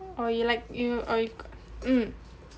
or you like you or you mm